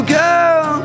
girl